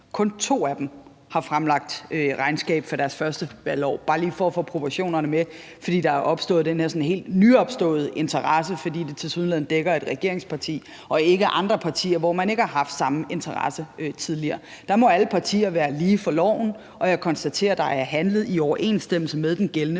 Kun to af dem har fremlagt regnskab for deres første valgår – bare lige for at få proportionerne med. Der er den her helt nyopstået interesse, der tilsyneladende dækker et regeringsparti og ikke andre partier, som man ikke har haft samme interesse for tidligere. Der må alle partier være lige for loven. Og jeg konstaterer, at der er handlet i overensstemmelse med den gældende